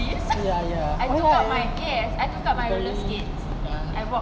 ya ya also when I is already ya